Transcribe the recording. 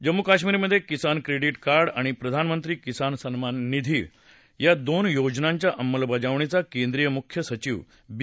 जम्मू कश्मीरमध्ये किसान credit card आणि प्रधानमंत्री किसान सन्मान निधी या दोन योजनांच्या अंमलबजावणीचा केंद्रीय मुख्य सविव बी